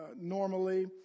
normally